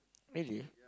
really